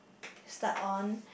start on